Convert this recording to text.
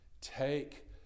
Take